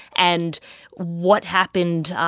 and what happened,